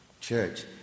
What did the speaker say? church